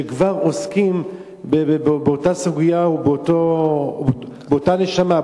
שכבר עוסקים באותה סוגיה ובאותה נשמה,